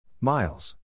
Miles